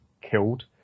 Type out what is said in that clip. killed